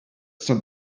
some